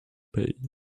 pay